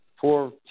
four